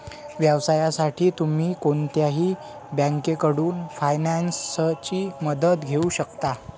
व्यवसायासाठी तुम्ही कोणत्याही बँकेकडून फायनान्सची मदत घेऊ शकता